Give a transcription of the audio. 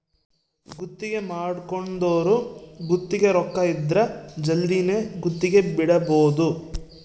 ಗುತ್ತಿಗೆ ಮಾಡ್ಕೊಂದೊರು ಗುತ್ತಿಗೆ ರೊಕ್ಕ ಇದ್ರ ಜಲ್ದಿನೆ ಗುತ್ತಿಗೆ ಬಿಡಬೋದು